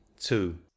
two